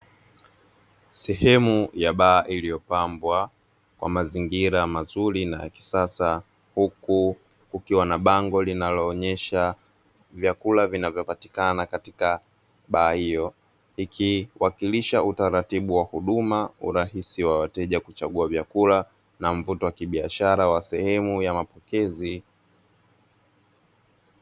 Sehemu ya baa iliyopambwa kwa mazingira mazuri na ya kisasa, huku kukiwa na bango linaloonyesha vyakula vinavyopatikana katika baa hiyo. Ikiwakilisha utaratibu wa huduma, urahisi wa wateja kuchagua vyakula na mvuto wa kibiashara wa sehemu ya mapokezi.